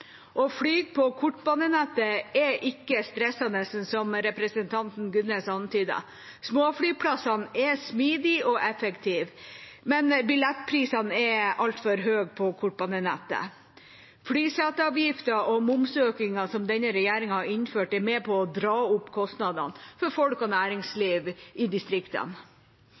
Å fly på kortbanenettet er ikke stressende, som representanten Gunnes antydet. Småflyplassene er smidige og effektive, men billettprisene er altfor høye på kortbanenettet. Flyseteavgiften og momsøkningen som denne regjeringa har innført, er med på å dra opp kostnadene for folk og næringsliv i distriktene.